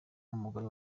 n’umugore